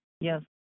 Yes